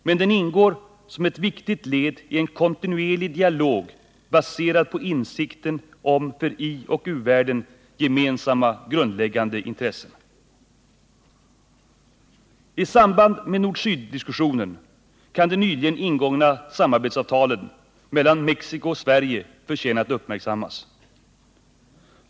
Men den ingår som ett viktigt led i en kontinuerlig dialog baserad på insikten om för ioch u-världen gemensamma grundläggande intressen. I samband med nord-syd-diskussionerna kan det nyligen ingångna samarbetsavtalet mellan Mexico och Sverige förtjäna att uppmärksammas.